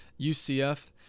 UCF